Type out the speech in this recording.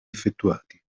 effettuati